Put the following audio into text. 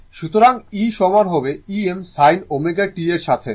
সুতরাং E সমান হবে Em sin ω t এর সাথে